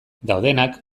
daudenak